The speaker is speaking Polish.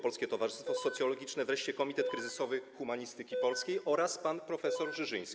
Polskie Towarzystwo Socjologiczne, wreszcie Komitet Kryzysowy Humanistyki Polskiej oraz pan prof. Żyżyński.